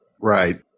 Right